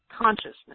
consciousness